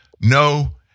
no